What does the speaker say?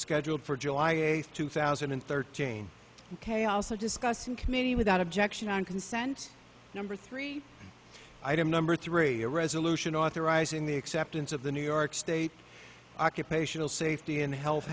scheduled for july eighth two thousand and thirteen ok also discussed in committee without objection on consent number three item number three a resolution authorizing the acceptance of the new york state occupational safety and health